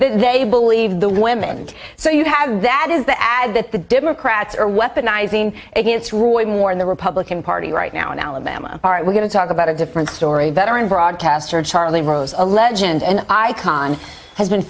they believe the women so you have that is the ad that the democrats are weaponize in it it's really more in the republican party right now in alabama are we going to talk about a different story veteran broadcaster charlie rose a legend and icon has been